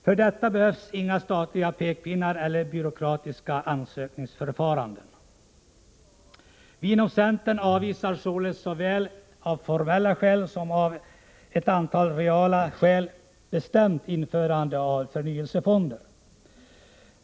För detta behövs inga statliga pekpinnar eller byråkratiska ansökningsförfaranden. Vi inom centern avvisar således bestämt, såväl av formella skäl som av ett antal reella skäl, införande av förnyelsefonder.